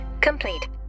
complete